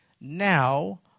now